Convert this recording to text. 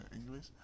English